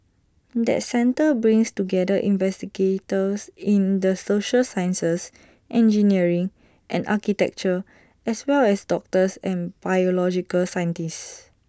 that centre brings together investigators in the social sciences engineering and architecture as well as doctors and biological scientists